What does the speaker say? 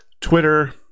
twitter